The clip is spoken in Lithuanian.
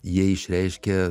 jie išreiškia